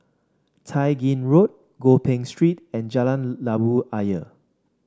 Tai Gin Road Gopeng Street and Jalan Labu Ayer